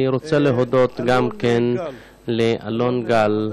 אני רוצה להודות גם לאלון גל,